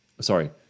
Sorry